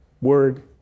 word